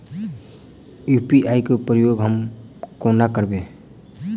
UPI केँ प्रयोग हम कोना करबे?